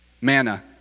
manna